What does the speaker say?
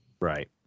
Right